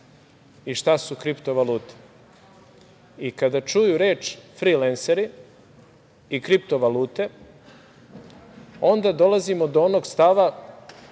i šta su kriptovalute? Kada čuju reč frilenseri i kriptovalute onda dolazimo do onog stava